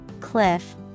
cliff